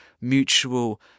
mutual